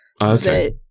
Okay